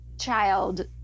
child